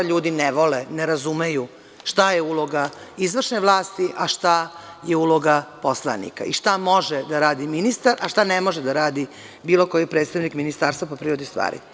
Ljudi ne vole, ne razumeju šta je uloga izvršne vlasti, a šta je uloga poslanika i šta može da radi ministar, a šta ne može da radi bilo koji predstavnik ministarstva po prirodi stvari.